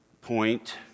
point